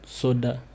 soda